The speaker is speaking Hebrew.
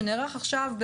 שנערך עכשיו,